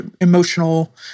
emotional